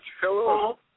hello